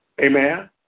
Amen